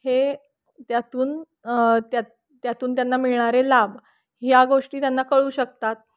हे त्यातून त्या त्यातून त्यांना मिळणारे लाभ ह्या गोष्टी त्यांना कळू शकतात